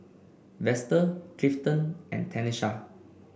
Vester Clifton and Tanesha